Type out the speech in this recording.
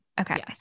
Okay